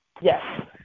yes